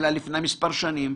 אלא לפני מספר שנים.